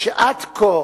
שעד כה